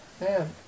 man